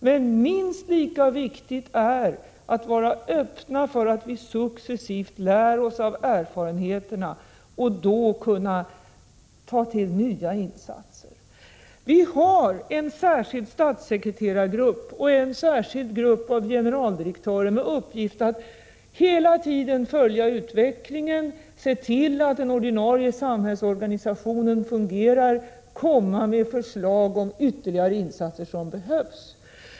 Men minst lika viktigt är att vara öppna för att vi successivt lär oss av erfarenheterna och då kunna ta till nya insatser. Vi har en särskild statssekreterargrupp och en särskild grupp av generaldirektörer med uppgift att hela tiden följa utvecklingen, se till att den ordinarie samhällsorganisationen fungerar och komma med förslag om ytterligare insatser som behövs.